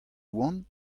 oan